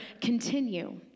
continue